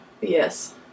Yes